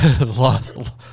Lost